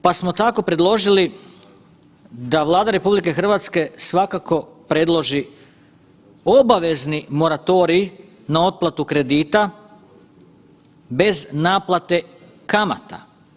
Pa smo tako predložili da Vlada RH svakako predloži obavezni moratorij na otplatu kredita bez naplate kamata.